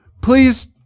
please